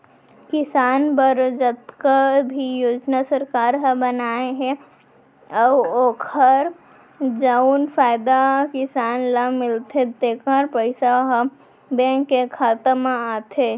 किसान बर जतका भी योजना सरकार ह बनाए हे अउ ओकर जउन फायदा किसान ल मिलथे तेकर पइसा ह बेंक के खाता म आथे